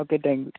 okay thank you